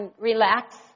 relax